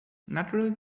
naturally